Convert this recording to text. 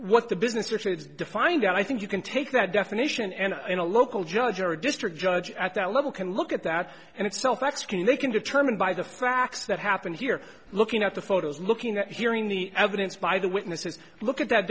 what the business rates defined i think you can take that definition and in a local judge or a district judge at that level can look at that and itself x can they can determine by the fact that happened here looking at the photos looking at hearing the evidence by the witness to look at that